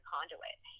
Conduit